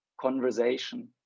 conversation